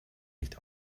nicht